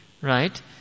Right